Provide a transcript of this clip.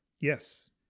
yes